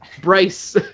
Bryce